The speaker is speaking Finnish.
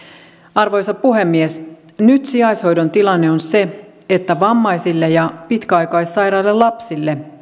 arvoisa puhemies nyt sijaishoidon tilanne on se että vammaisille ja pitkäaikaissairaille lapsille